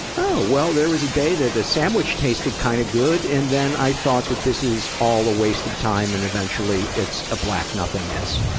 oh, well, there was a day that the sandwich tasted kind of good. and then i thought that this was all a waste of time, and eventually it's a black nothingness.